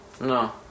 No